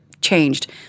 changed